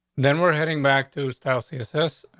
then we're heading back to style css on.